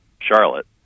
Charlotte